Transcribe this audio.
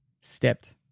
stepped